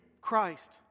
Christ